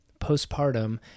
postpartum